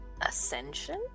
Ascension